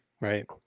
right